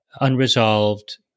unresolved